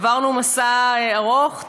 עברנו מסע ארוך.